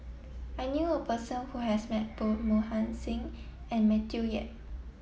I knew a person who has met both Mohan Singh and Matthew Yap